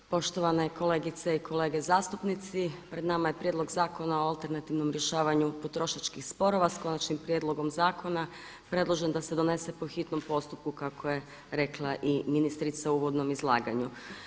Poštovane kolegice i kolege zastupnici pred nama je prijedlog Zakona o alternativnom rješavanju potrošačkih sporova s konačnim prijedlogom zakona predložen da se donese po hitnom postupku kako je rekla i ministrica u uvodnom izlaganu.